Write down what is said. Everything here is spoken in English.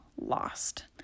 lost